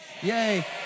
Yay